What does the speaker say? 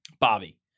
Bobby